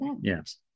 Yes